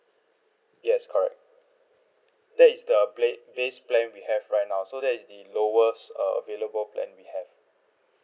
yes correct that is the play base plan we have right now so that is the lowest uh available plan we have